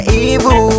evil